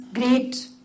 great